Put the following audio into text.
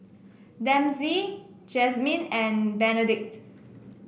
Dempsey Jazmin and Benedict